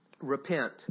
Repent